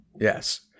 Yes